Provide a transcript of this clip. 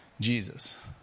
Jesus